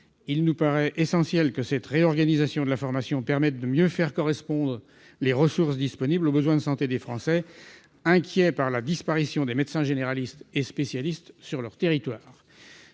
Il nous paraît essentiel que cette réorganisation de la formation permette de mieux faire correspondre les ressources disponibles aux besoins de santé des Français rendus inquiets par la disparition des médecins généralistes et spécialistes sur leur territoire.